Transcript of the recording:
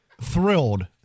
thrilled